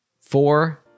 four